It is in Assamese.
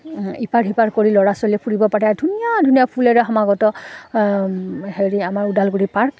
ইপাৰ সিপাৰ কৰি ল'ৰা ছোৱালীয়ে ফুৰিব পাৰে ধুনীয়া ধুনীয়া ফুলেৰে সমাগত হেৰি আমাৰ ওদালগুৰি পাৰ্ক